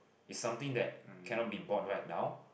is something that cannot be bought right now